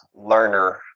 learner